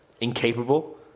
incapable